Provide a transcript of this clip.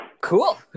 cool